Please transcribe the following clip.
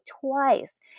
twice